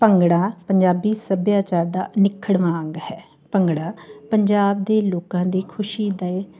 ਭੰਗੜਾ ਪੰਜਾਬੀ ਸੱਭਿਆਚਾਰ ਦਾ ਅਨਿੱਖੜਵਾਂ ਅੰਗ ਹੈ ਭੰਗੜਾ ਪੰਜਾਬ ਦੇ ਲੋਕਾਂ ਦੀ ਖੁਸ਼ੀ ਦੇ